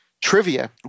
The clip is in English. trivia